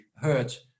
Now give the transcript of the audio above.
hurt